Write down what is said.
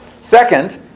Second